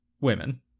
women